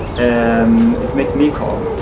and it makes me calm.